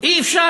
אי-אפשר